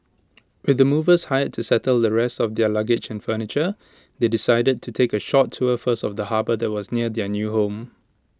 with the movers hired to settle the rest of their luggage and furniture they decided to take A short tour first of the harbour that was near their new home